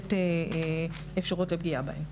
לתת אפשרות לפגיעה בהן.